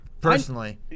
personally